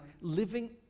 living